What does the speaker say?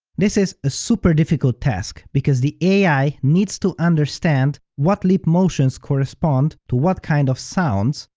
this is a super difficult task, because the ai needs to understand what lip motions correspond to what kind of sounds,